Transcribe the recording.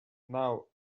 now